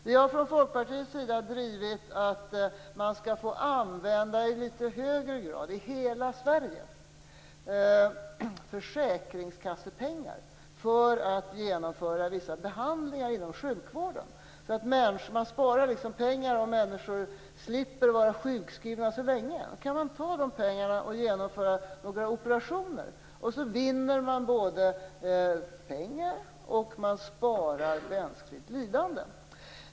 Vi har från Folkpartiets sida drivit att man i litet högre grad, i hela Sverige, skall få använda försäkringskassepengar för att genomföra vissa behandlingar inom sjukvården. Man sparar pengar om människor slipper vara sjukskrivna så länge. Man kan ta de pengarna och genomföra några operationer. Då vinner man pengar, och man sparar mänskligt lidande.